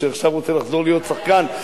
שעכשיו רוצה לחזור להיות שחקן,